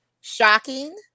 shocking